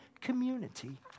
community